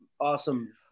awesome